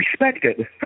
respected